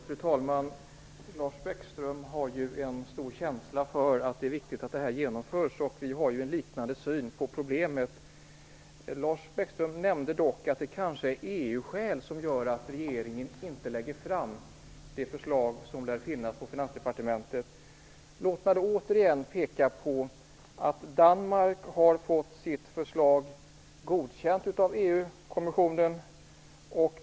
Fru talman! Lars Bäckström har ju en stark känsla för vikten av att detta genomförs, och vi har ju en liknande syn på frågan. Lars Bäckström nämnde dock att det kanske är EU-skäl som gör att regeringen inte lägger fram det förslag som lär finnas i Finansdepartementet. Låt mig då återigen peka på att Danmark har fått sitt förslag godkänt av EU-kommissionen.